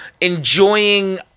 enjoying